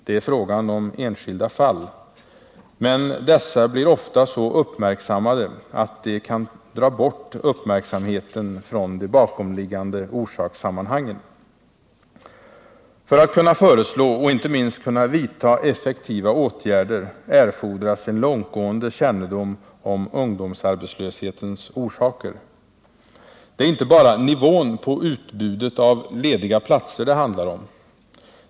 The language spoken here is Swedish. Det är fråga om enskilda fall, men dessa blir ofta så uppmärksammade att de kan dra bort uppmärksamheten från de bakomliggande orsakssammanhangen. För att kunna föreslå och inte minst kunna vidta effektiva åtgärder erfordras en långtgående kännedom om ungdomsarbetslöshetens orsaker. Det är inte bara nivån på utbudet av lediga platser det handlar om.